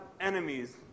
enemies